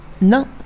no